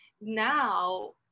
now